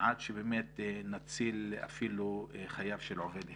עד שבאמת נציל אפילו חייו של עובד אחד.